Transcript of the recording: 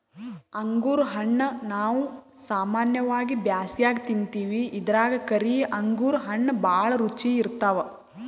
ಅಂಗುರ್ ಹಣ್ಣಾ ನಾವ್ ಸಾಮಾನ್ಯವಾಗಿ ಬ್ಯಾಸ್ಗ್ಯಾಗ ತಿಂತಿವಿ ಇದ್ರಾಗ್ ಕರಿ ಅಂಗುರ್ ಹಣ್ಣ್ ಭಾಳ್ ರುಚಿ ಇರ್ತವ್